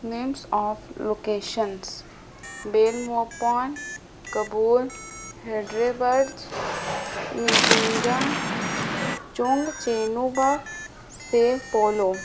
names of locations Belmopan کبول ہیڈریبج Michigan چونگ چینو بگ سے پولو